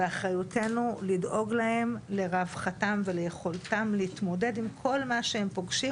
ואחריותנו לדאוג להם לרווחתם וליכולתם להתמודד עם כל מה שהם פוגשים,